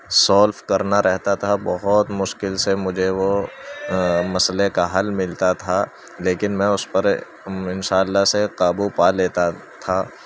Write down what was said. solve کرنا رہتا تھا بہت مشکل سے مجھے وہ مسئلے کا حل ملتا تھا لیکن میں اس پر ان شاء اللہ سے قابو پا لیتا تھا